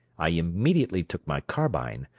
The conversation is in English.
i immediately took my carbine,